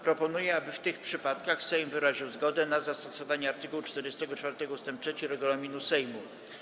Proponuję, aby w tych przypadkach Sejm wyraził zgodę na zastosowanie art. 44 ust. 3 regulaminu Sejmu.